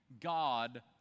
God